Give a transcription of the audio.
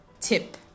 tip